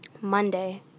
Monday